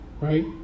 right